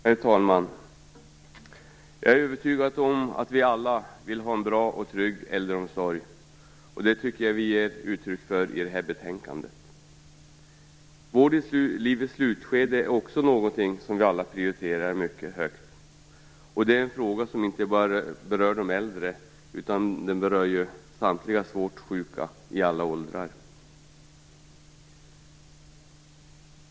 Herr talman! Jag är övertygad om att vi alla vill ha en bra och trygg äldreomsorg, och det tycker jag att vi ger uttryck för i det här betänkandet. Vård i livets slutskede är också någonting som vi alla prioriterar mycket högt. Det är en fråga som inte bara berör de äldre utan även samtliga svårt sjuka i alla åldrar.